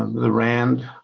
the rand,